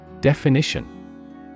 Definition